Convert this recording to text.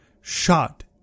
shot